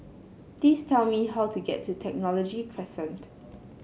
please tell me how to get to Technology Crescent